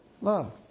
love